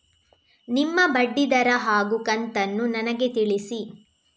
ನಿಮ್ಮ ಬಡ್ಡಿದರ ಹಾಗೂ ಕಂತನ್ನು ನನಗೆ ತಿಳಿಸಿ?